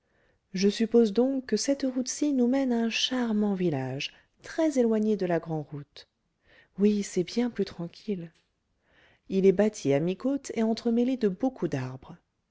je suppose donc que cette route ci nous mène à un charmant village très éloigné de la grande route oui c'est bien plus tranquille il est bâti à mi-côte et entremêlé de beaucoup d'arbres